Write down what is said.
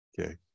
Okay